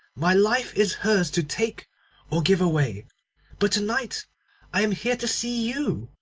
my life is hers to take or give away but to-night i am here to see you.